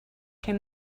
came